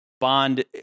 bond